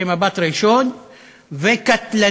במבט ראשון וקטלניות